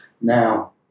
Now